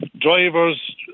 drivers